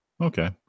Okay